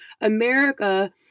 America